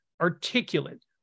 articulate